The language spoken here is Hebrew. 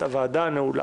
ישיבת הוועדה נעולה.